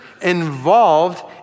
involved